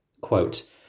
quote